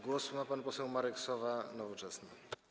Głos ma pan poseł Marek Sowa, Nowoczesna.